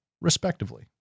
respectively